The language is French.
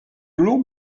l’on